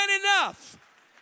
enough